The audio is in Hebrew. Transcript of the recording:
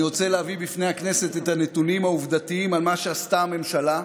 אני רוצה להביא בפני הכנסת את הנתונים העובדתיים על מה שעשתה הממשלה,